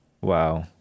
wow